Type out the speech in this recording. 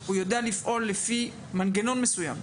הוא יודע לפעול לפי מנגנון מסוים?